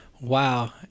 Wow